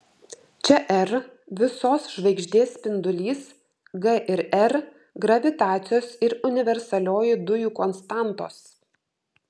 čia r visos žvaigždės spindulys g ir r gravitacijos ir universalioji dujų konstantos